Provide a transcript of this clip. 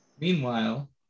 meanwhile